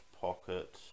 pocket